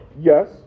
yes